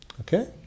okay